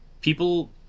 people